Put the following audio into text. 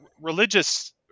religious